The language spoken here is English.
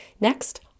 Next